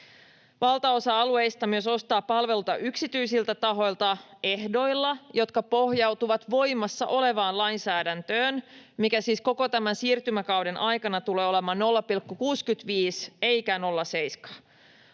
Valtaosa alueista myös ostaa palveluita yksityisiltä tahoilta ehdoilla, jotka pohjautuvat voimassa olevaan lainsäädäntöön, mikä siis koko tämän siirtymäkauden aikana tulee olemaan 0,65 eikä 0,7.